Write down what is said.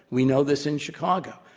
we know this in chicago.